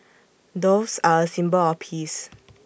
doves are A symbol of peace